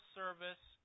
service